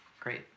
great